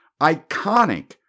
iconic